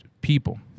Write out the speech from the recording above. people